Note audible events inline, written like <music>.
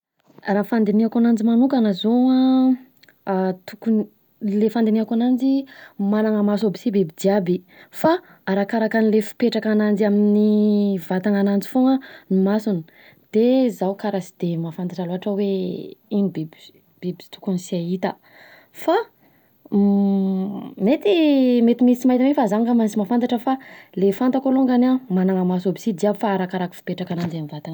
Raha fandinihako ananjy manokana zao an: a tokony le fandinihako ananjy manana maso aby si biby jiaby. Fa arakaraka anle fipetraka ananjy amin’ny vatana ananjy fona ny masony, de izaho karaha de sy de mahafantatra loatra hoe: ino biby biby tokony tsy ahita fa <hesitation> mety, mety misy tsy mahita mi fa za angamba no tsy mahafantatra fa ilay fantako alongany an manana maso aby si jiaby fa arakaraka fipetraka ananjy amin’ny vatana ananjy.